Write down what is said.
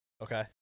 Okay